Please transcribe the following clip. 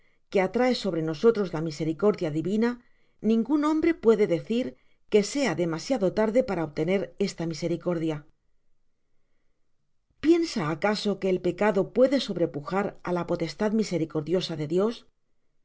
que atrae sobre nosotros la misericordia divina ningun hombre puedo decir que sea demasiado tarde para obtener esta misericordia piensa acaso que el pecado puede sobrepuj ir á la potestad misericordiosa de dios